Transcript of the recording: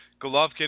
Golovkin